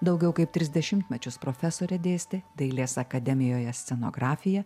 daugiau kaip tris dešimtmečius profesorė dėstė dailės akademijoje scenografiją